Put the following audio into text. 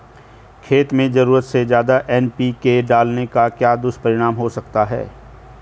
खेत में ज़रूरत से ज्यादा एन.पी.के डालने का क्या दुष्परिणाम हो सकता है?